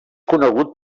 conegut